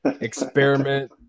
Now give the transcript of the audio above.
Experiment